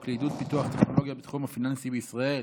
לעידוד פיתוח טכנולוגיה בתחום הפיננסי בישראל,